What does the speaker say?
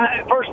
First